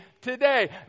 today